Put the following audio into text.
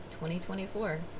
2024